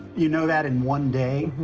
you know that in one day?